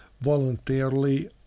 voluntarily